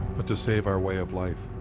but to save our way of life.